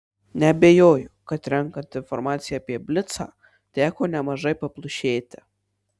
neabejoju kad renkant informaciją apie blicą teko nemažai paplušėti